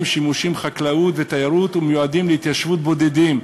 שימושים של חקלאות ותיירות ומיועדים להתיישבות בודדים,